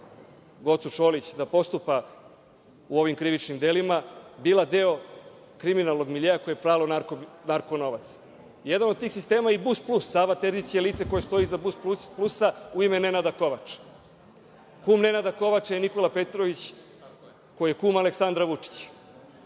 Gocu Čolić da postupa u ovim krivičnim delima, bila deo kriminalnog miljea koji je prala novac. Jedan od tih sistema je i „Bus plus“, Sava Terzić je lice koje stoji iza „Bus plusa“ u ime Nenada Kovača. Kum Nenada Kovača je Nikola Petrović, koji je kum Aleksandra Vučića.